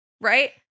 right